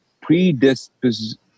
predisposed